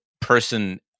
person